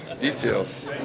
details